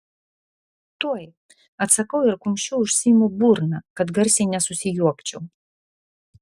tuoj atsakau ir kumščiu užsiimu burną kad garsiai nesusijuokčiau